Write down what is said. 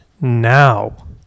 now